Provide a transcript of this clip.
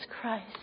Christ